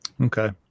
Okay